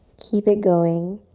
keep it going.